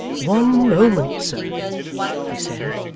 one moment, sir he said,